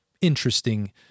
interesting